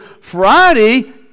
Friday